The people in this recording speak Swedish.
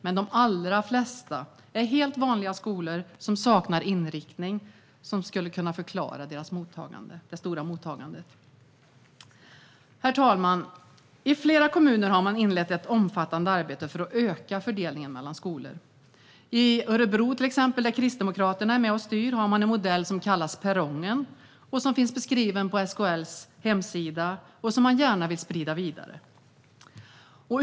Men de allra flesta är helt vanliga skolor som saknar en inriktning som skulle kunna förklara det stora mottagandet. Herr talman! Flera kommuner har inlett ett omfattande arbete för att öka fördelningen mellan skolor. I till exempel Örebro, där Kristdemokraterna är med och styr, har man en modell som kallas Perrongen, som finns beskriven på SKL:s hemsida och som man gärna vill sprida vidare.